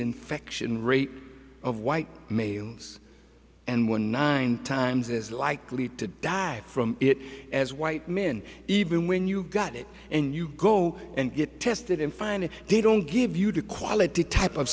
infection rate of white males and were nine times as likely to die from it as white men even when you've got it and you go and get tested and find they don't give you the quality type of